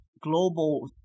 global